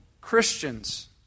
Christians